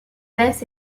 baisse